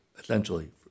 essentially